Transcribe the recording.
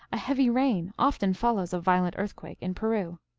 a heavy rain often follows a violent earthquake in peru.